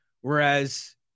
Whereas